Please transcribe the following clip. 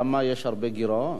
למה יש הרבה גירעון?